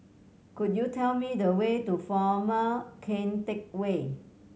could you tell me the way to Former Keng Teck Whay